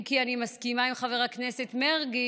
אם כי אני מסכימה עם חבר הכנסת מרגי,